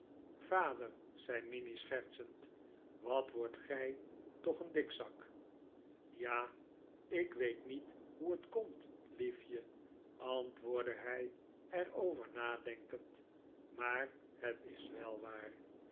vader r zei minnie schertsend wat wordt gij toch een dikzak ja ik weet niet hoe het komt liefje antwoordde hij er over nadenkend maar het is wel waar